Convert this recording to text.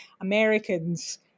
Americans